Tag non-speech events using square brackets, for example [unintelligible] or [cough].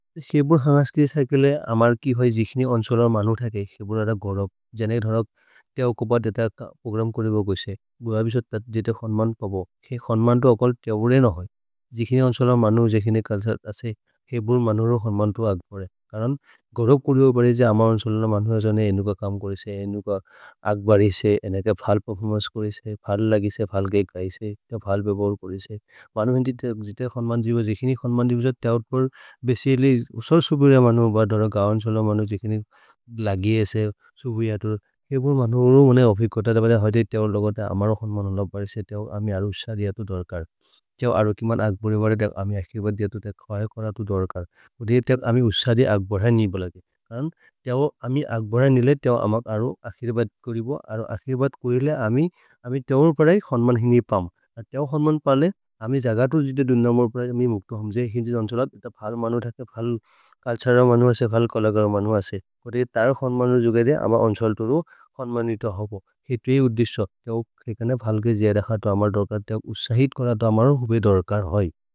स्जेबुद् हन्गस् क्रेस एक्ले अमर् किप जिख्निअ अन्सुलर् मन्हो तल्लि, स्जेबुदर गोरो। जनैक् होरोक् ते अकोपत्, दतक् पोग्रम् कोरे बोग ग्रेस्शे। ग् इसत, जिते खन्मन् पपो। हे खन्मन् तल्ल् अकोल् तेबोरे न होइ। जिख्निअ अन्सुलर् मन्हो, जिख्निअ कलशे, हे बुन्द् मन्हो, र्हो खन्मन् तु अघ्वोरे। कम्रन्, गोरो कुर्यो वरे जै, अममन् सोन्हल मन्हो जहने एनु क कम ग्रेस्शे। एनु क अघ्वरि से एनतो पल् पेपोफुमस् कोरेशे। फल् लगिसि, फल् गैकैशे, ते, फल् भेबोरे कोरेशे। [unintelligible]